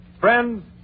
Friends